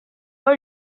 for